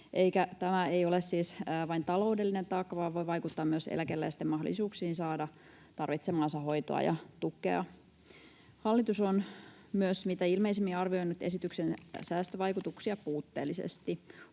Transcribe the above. tämä ole siis vain taloudellinen taakka vaan voi vaikuttaa myös eläkeläisten mahdollisuuksiin saada tarvitsemaansa hoitoa ja tukea. Hallitus on myös mitä ilmeisimmin arvioinut esityksen säästövaikutuksia puutteellisesti.